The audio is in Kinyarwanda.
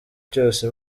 cyose